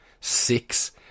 six